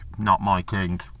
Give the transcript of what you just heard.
NotMyKing